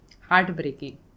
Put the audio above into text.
Heartbreaking